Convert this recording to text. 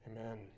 Amen